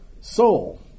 soul